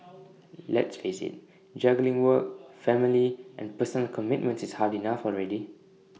let's face IT juggling work family and personal commitments is hard enough already